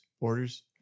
orders